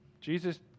Jesus